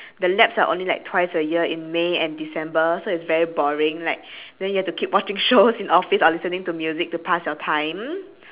the labs are only like twice a year in may and december so it's very boring like then you have to keep watching shows in office or listening to music to pass your time